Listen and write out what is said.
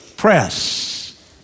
press